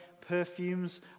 perfumes